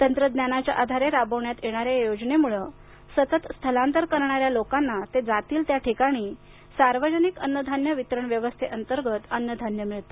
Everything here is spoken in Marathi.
तंत्रज्ञानाच्या आधारे राबवण्यात येणाऱ्या या योजनेमूळं सतत स्थलांतर करणाऱ्या लोकांना ते जातील त्या ठिकाणी सार्वजनिक अन्नधान्य वितरण व्यवस्थेअंतर्गत अन्नधान्य मिळते